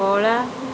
କଳା